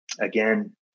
Again